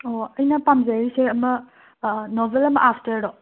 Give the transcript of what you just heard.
ꯑꯣ ꯑꯩꯅ ꯄꯥꯝꯖꯔꯤꯁꯦ ꯑꯃ ꯅꯣꯕꯦꯜ ꯑꯃ ꯑꯥꯁꯇꯔꯗꯣ